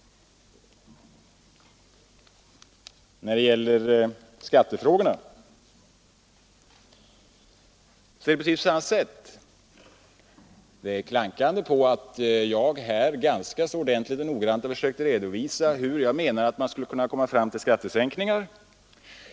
När det gäller skattefrågorna är det på precis samma sätt. Det klankas på att jag här ganska noggrant försöker redovisa hur jag menar att man skulle kunna komma fram till skattesänkningar.